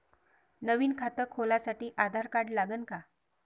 नवीन खात खोलासाठी आधार कार्ड लागन का?